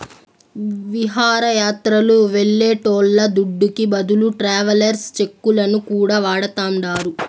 విహారయాత్రలు వెళ్లేటోళ్ల దుడ్డుకి బదులు ట్రావెలర్స్ చెక్కులను కూడా వాడతాండారు